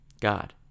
God